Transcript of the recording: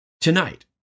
tonight